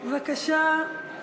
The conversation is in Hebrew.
בבקשה.